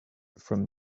from